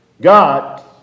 God